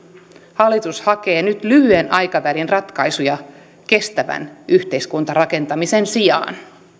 hallitus hakee nyt lyhyen aikavälin ratkaisuja kestävän yhteiskuntarakentamisen sijaan